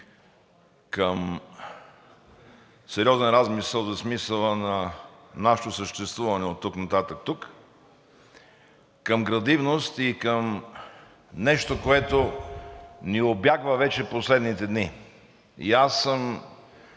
към сериозен размисъл за смисъла на нашето съществуване оттук нататък тук, към градивност и към нещо, което ни убягва вече последните дни. И аз съм